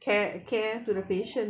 care care to the patient